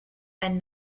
ein